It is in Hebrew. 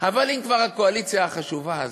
אבל אם כבר הקואליציה החשובה הזאת,